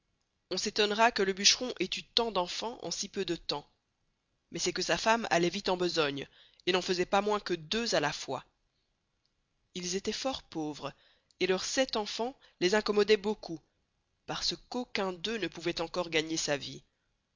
on s'estonnera que le bucheron ait eu tant d'enfans en si peu de temps mais c'est que sa femme allait viste en besogne et n'en faisait pas moins que deux à la fois ils estoient fort pauvres et leurs sept enfans les incommodoient beaucoup parce qu'aucun d'eux ne pouvoit encore gagner sa vie